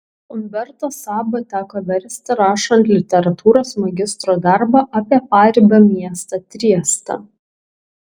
umberto sabą teko versti rašant literatūros magistro darbą apie paribio miestą triestą